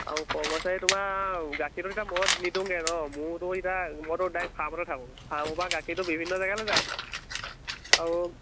আৰু কৰ্মচাৰী তোমাৰ গাখীৰটো এতিয়া মই নিদোগৈ ন মোৰতো এতিয়া মইতো ডাইক্ট ফাৰ্মতে থাকোঁ ফাৰ্মৰ পৰা গাখীৰতো বিভিন্ন জেগালৈ যায় আৰু